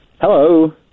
Hello